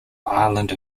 island